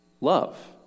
love